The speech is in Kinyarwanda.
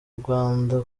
rwanda